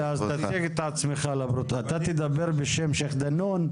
אתה תדבר בשם הצרות של א-שייח' דנון?